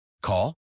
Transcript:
Call